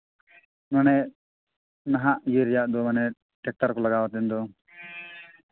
ᱢᱟᱱᱮ ᱱᱟᱦᱟᱜ ᱤᱭᱟᱹ ᱨᱮᱭᱟᱜ ᱫᱚ ᱢᱟᱱᱮ ᱴᱮᱠᱴᱟᱨ ᱠᱚ ᱞᱟᱜᱟᱣ ᱠᱟᱛᱮᱫ ᱫᱚ